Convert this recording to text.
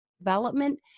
development